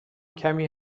کمی